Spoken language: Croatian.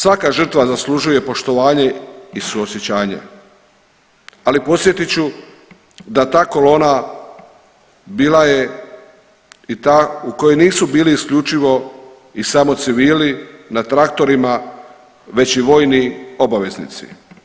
Svaka žrtva zaslužuje poštovanje i suosjećanje, ali podsjetit ću da ta kolona bila je i ta u kojoj nisu bili isključivo i samo civili na traktorima, već i vojni obaveznici.